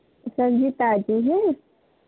सब्ज़ी ताज़ी है